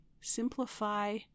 Simplify